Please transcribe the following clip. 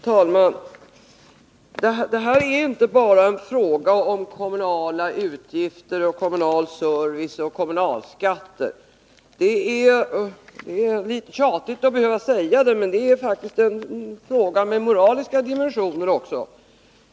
Herr talman! Det här är inte bara en fråga om kommunala utgifter, kommunal service och kommunalskatter. Det är lite tjatigt att behöva säga det, men det är faktiskt en fråga med moraliska dimensioner också.